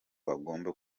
bagomba